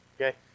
Okay